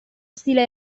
stile